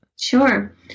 Sure